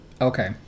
Okay